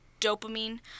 dopamine